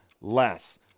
less